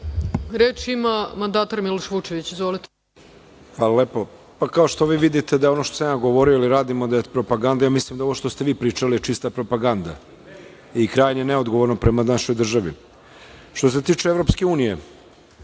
vam. Reč ima mandatar Miloš Vučević. Izvolite. **Miloš Vučević** Hvala lepo. Kao što vi vidite da je ono što sam ja govorio ili radimo da je propaganda, mislim da je ovo što ste vi pričali čista propaganda i krajnje neodgovorno prema našoj državi. Što se tiče Evropske unije,